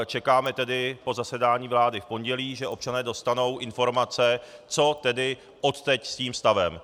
Čekáme tedy po zasedání vlády v pondělí, že občané dostanou informace, co tedy odteď s tím stavem.